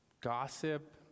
gossip